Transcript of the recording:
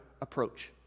approach